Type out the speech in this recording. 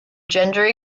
gender